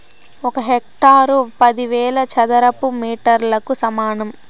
ఒక హెక్టారు పదివేల చదరపు మీటర్లకు సమానం